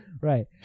Right